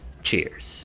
Cheers